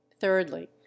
Thirdly